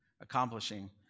accomplishing